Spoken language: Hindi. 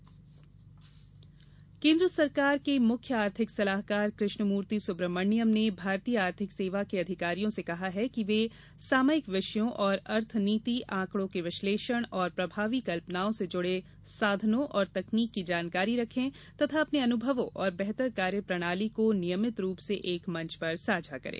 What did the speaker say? कृष्णमूर्ति केन्द्र सरकार के मुख्य आर्थिक सलाहकार कृष्णमूर्ति सुब्रमण्यम ने भारतीय आर्थिक सेवा के अधिकारियों र्स कहा कि वे सामयिक विषयों और अर्थ नीति आंकड़ों के विश्लेषण और प्रभावी कल्पनाओं से जुड़े साधनों और तकनीक की जानकारी रखें तथा अपने अनुभवों और बेहतर कार्य प्रणाली को नियमित रूप से एक मंच पर साझा करें